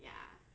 ya